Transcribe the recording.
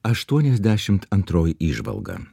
aštuoniasdešimt antroji įžvalga